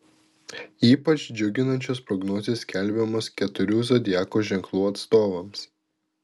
ypač džiuginančios prognozės skelbiamos keturių zodiako ženklų atstovams